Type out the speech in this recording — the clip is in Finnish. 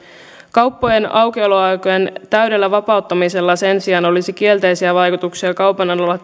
kauppojen aukioloaikojen täydellä vapauttamisella sen sijaan olisi kielteisiä vaikutuksia kaupan alalla